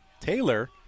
Taylor